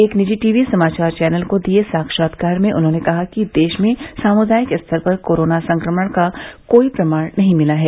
एक निजी टीवी समाचार चैनल को दिए गए साक्षात्कार में उन्होंने कहा कि देश में सामुदायिक स्तर पर कोरोना संक्रमण का कोई प्रमाण नहीं मिला है